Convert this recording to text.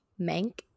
mank